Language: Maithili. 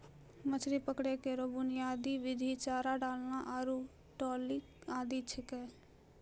मछरी पकड़ै केरो बुनियादी विधि चारा डालना आरु ट्रॉलिंग आदि छिकै